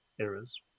errors